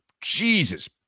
jesus